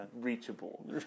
reachable